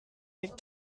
need